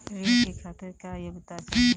ऋण के खातिर क्या योग्यता चाहीं?